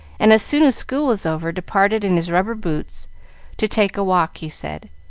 and, as soon as school was over, departed in his rubber boots to take a walk, he said,